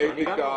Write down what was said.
כללי האתיקה